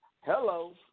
Hello